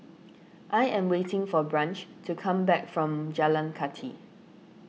I am waiting for Branch to come back from Jalan Kathi